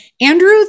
Andrew